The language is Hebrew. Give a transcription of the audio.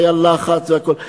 והיה לחץ והכול,